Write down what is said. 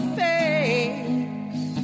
face